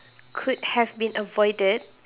could have been avoided